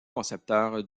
concepteur